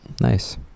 nice